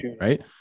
right